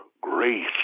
grace